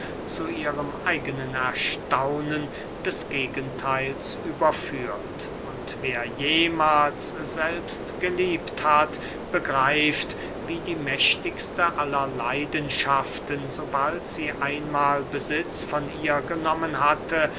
zu ihrem eigenen erstaunen des gegentheils überführt und wer jemahls selbst geliebt hat begreift wie die mächtigste aller leidenschaften sobald sie einmahl besitz von ihr genommen hatte